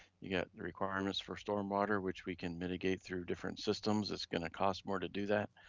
you got the requirements for stormwater, which we can mitigate through different systems, it's gonna cost more to do that,